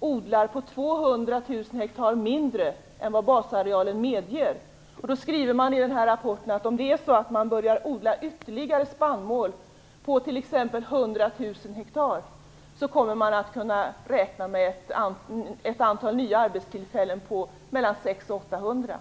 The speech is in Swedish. odlar i dag på 200 000 ha mindre än vad basarealen medger. Då sägs det i rapporten att om man börjar att odla ytterligare spannmål på t.ex. 100 000 ha, kan man räkna med ett antal nya arbetstillfällen på mellan 600 och 800.